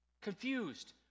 Confused